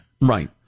Right